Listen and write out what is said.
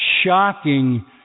shocking